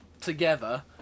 together